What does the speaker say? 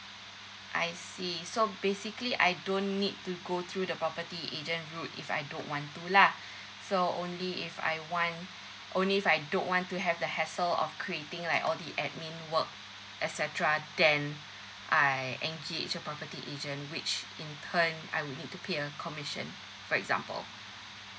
I see so basically I don't need to go through the property agent route if I don't want to lah so only if I want only if I don't want to have the hassle of creating like all the admin work etcetera then I engage a property agent which in turn I would need to pay a commission for example